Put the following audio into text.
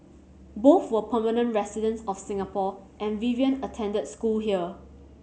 both were permanent residents of Singapore and Vivian attended school here